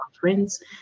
friends